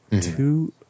Two